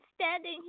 standing